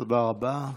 תודה רבה.